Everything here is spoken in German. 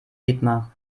dietmar